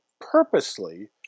purposely